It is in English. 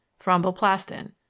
thromboplastin